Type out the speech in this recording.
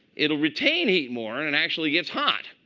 it'll retain heat more. and it actually gets hot.